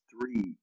three